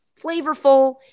flavorful